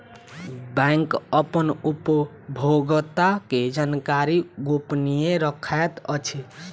bank अपन उपभोगता के जानकारी गोपनीय रखैत अछि